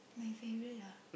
my favourite ah